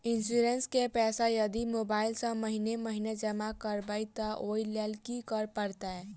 Insurance केँ पैसा यदि मोबाइल सँ महीने महीने जमा करबैई तऽ ओई लैल की करऽ परतै?